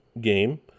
game